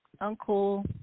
uncle